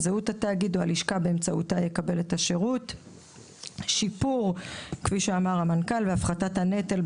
זהות התאגיד או הלשכה באמצעותה יקבל את השירות; שיפור והפחתת הנטל,